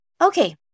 Okay